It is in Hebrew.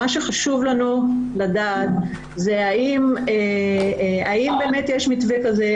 מה שחשוב לנו לדעת זה האם באמת יש מתווה כזה,